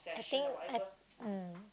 I think I mm